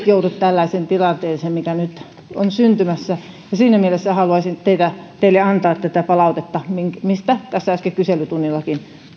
joudu tällaiseen tilanteeseen mikä nyt on syntymässä siinä mielessä haluaisin teille antaa palautetta tästä mistä tässä äsken kyselytunnillakin